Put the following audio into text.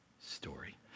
story